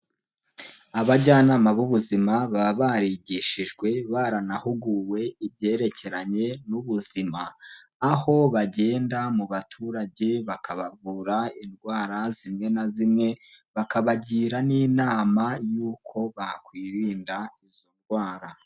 Abajyanama b'ubuzima baba barigishijwe, baranahuguwe ibyerekeranye n'ubuzima aho bagenda mu baturage bakabavura indwara zimwe na zimwe bakabagira n'inama y'uko bakwirinda izo ndwara.